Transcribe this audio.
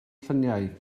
lluniau